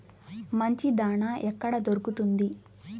మంచి దాణా ఎక్కడ దొరుకుతుంది?